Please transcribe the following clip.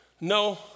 No